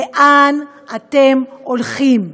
לאן אתם הולכים,